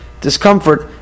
discomfort